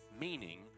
meaning